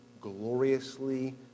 gloriously